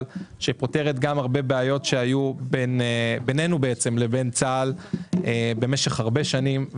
שפותרת הרבה בעיות שהיו בינינו לבין צה"ל במשך הרבה שנים,